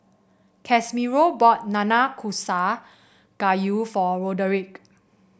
Casimiro bought Nanakusa Gayu for Roderick